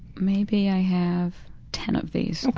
maybe i have ten of these. okay.